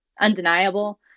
undeniable